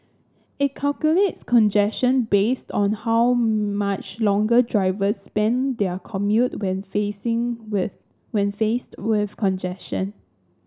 it calculates congestion based on how much longer drivers spend their commute when facing with when faced with congestion